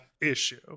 issue